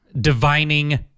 divining